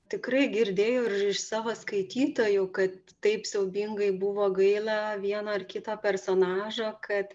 tikrai girdėjau ir iš savo skaitytojų kad taip siaubingai buvo gaila vieno ar kito personažo kad